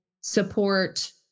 support